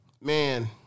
man